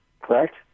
Correct